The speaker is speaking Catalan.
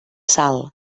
sal